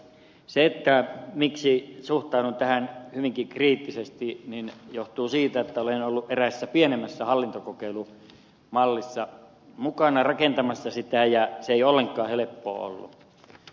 se miksi suhtaudun tähän hyvinkin kriittisesti johtuu siitä että olen ollut eräässä pienemmässä hallintokokeilumallissa mukana rakentamassa sitä ja se ei ollenkaan helppoa ollut